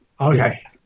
Okay